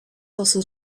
also